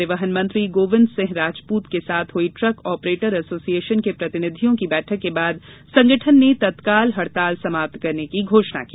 परिवहन मंत्री गोविंद सिंह राजपूत के साथ हुई ट्रक ऑपरेटर एसोसिएशन के प्रतिनिधियों की बैठक के बाद संगठन ने तत्काल हड़ताल समाप्त करने की घोषणा की